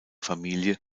familie